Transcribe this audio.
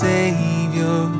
Savior